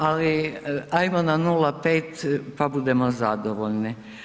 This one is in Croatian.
Ali ajmo na 0,5 pa budemo zadovoljni.